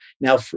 Now